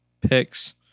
picks